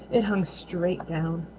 it hung straight down.